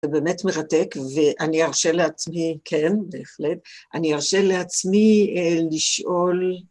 זה באמת מרתק, ואני ארשה לעצמי, כן, בהחלט, אני ארשה לעצמי לשאול...